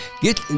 Get